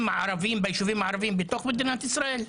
ערביים בישובים הערבים בתוך מדינת ישראל?